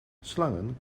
slangen